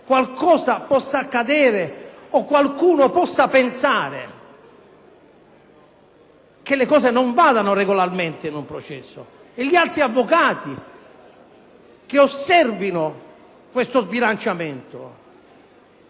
qualcosa possa accadere o qualcuno possa pensare che le cose non vadano regolarmente in un processo e che gli altri avvocati osservino tale sbilanciamento?